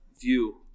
view